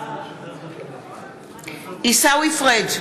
עיסאווי פריג'